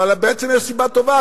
אבל בעצם יש סיבה טובה,